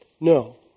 No